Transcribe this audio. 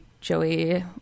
Joey